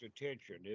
attention